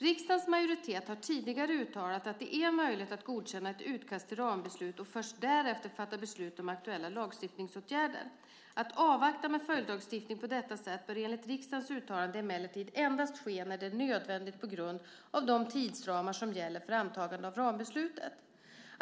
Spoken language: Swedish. Riksdagens majoritet har tidigare uttalat att det är möjligt att godkänna ett utkast till rambeslut och först därefter fatta beslut om aktuella lagstiftningsåtgärder. Att avvakta med följdlagstiftning på detta sätt bör enligt riksdagens uttalande emellertid endast ske när det är nödvändigt på grund av de tidsramar som gäller för antagandet av rambeslutet.